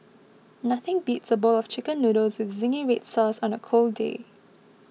nothing beats a bowl of Chicken Noodles with Zingy Red Sauce on a cold day